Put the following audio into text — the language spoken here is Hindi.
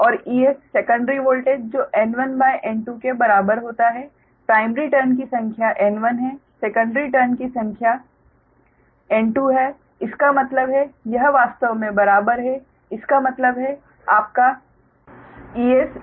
और 𝑬s सेकंडरी वोल्टेज जो N1 N2 के बराबर होता है प्राइमरी टर्न की संख्या N1 है सेकंडरी टर्न की संख्या N2 है इसका मतलब है यह वास्तव में बराबर है इसका मतलब है आपका EsaEp है